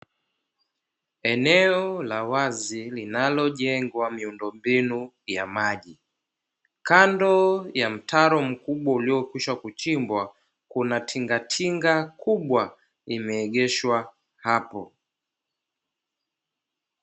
Eneo la wazi linalojengwa miundombinu ya maji. Kando ya mtaro mkubwa uliokwisha kuchimbwa, kuna tingatinga kubwa limeegeshwa hapo.